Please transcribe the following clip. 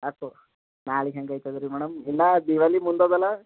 ಆತು ನಾಳೆಗೆ ಹೆಂಗೆ ಆಯ್ತದ ರೀ ಮೇಡಮ್ ಇನ್ನ ದೀವಾಲಿ ಮುಂದೆ ಅದಲ್ಲ